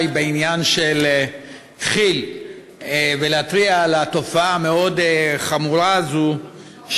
בעניין של כי"ל ולהתריע על התופעה המאוד-חמורה הזאת,